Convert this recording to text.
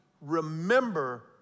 remember